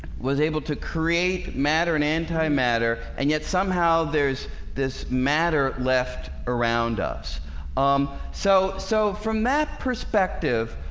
was able to create matter and and antimatter and yet somehow there's this matter left around us um so so from that perspective